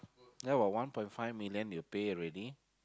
ya one point five million you pay already